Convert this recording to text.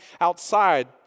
outside